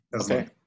Okay